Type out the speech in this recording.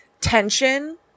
tension